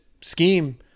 scheme